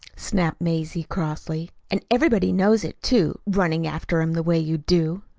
snapped mazie crossly. and everybody knows it, too running after him the way you do.